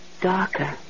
darker